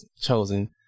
chosen